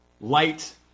light